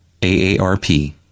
AARP